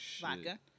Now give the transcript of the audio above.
Vodka